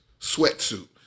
sweatsuit